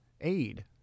Aid